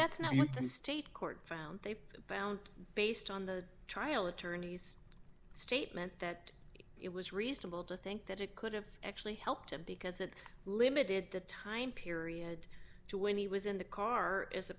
that's not what the state court found they found based on the trial attorneys statement that it was reasonable to think that it could have actually helped him because it limited the time period to when he was in the car is